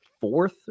fourth